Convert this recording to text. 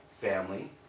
family